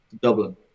Dublin